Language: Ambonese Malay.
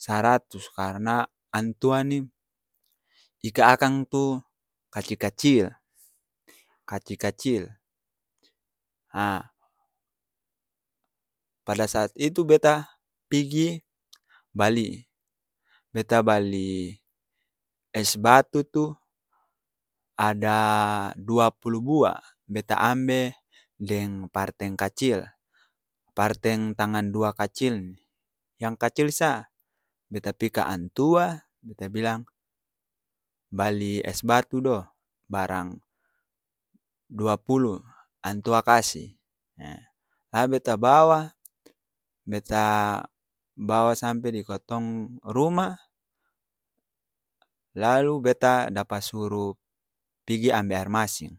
saratus-karna, antua ni ika akang tu kacil-kacil, kacil-kacil, aa pada saat itu beta pigi bali, beta bali es batu tu, ada dua pulu bua! Beta ambe deng parteng kacil, parteng tangan dua kacil ni yang kacil sa beta pi ka antua beta bilang, bali es batu do barang dua pulu, antua kasi ee la beta bawa, beta bawa sampe di kotong ruma, lalu beta dapa suru pigi ambe aer masing.